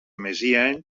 messiaen